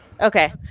Okay